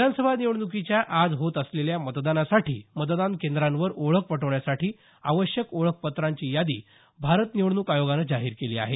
विधानसभा निवडणुकीच्या आज होत असलेल्या मतदानासाठी मतदान केंद्रावर ओळख पटवण्यासाठी आवश्यक ओळखपत्रांची यादी भारत निवडणूक आयोगानं जाहीर केली आहे